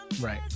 right